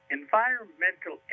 environmental